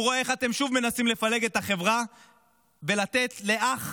הוא רואה איך אתם שוב מנסים לפלג את החברה ולתת לאח